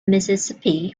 mississippi